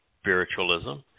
spiritualism